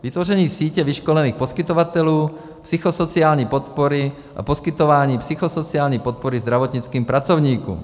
Vytvoření sítě vyškolených poskytovatelů psychosociální podpory a poskytování psychosociální podpory zdravotnickým pracovníkům.